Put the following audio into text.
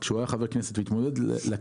כשהוא היה חבר כנסת הוא התמודד לכנסת,